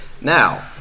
Now